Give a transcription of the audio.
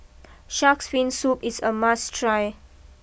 shark's Fin Soup is a must try